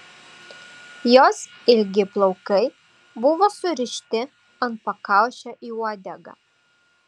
jos ilgi plaukai buvo surišti ant pakaušio į uodegą